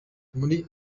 muri